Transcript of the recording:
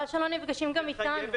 חבל שלא נפגשים גם איתנו.